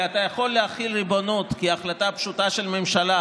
כי אתה יכול להחיל ריבונות כהחלטה פשוטה של ממשלה,